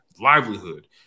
livelihood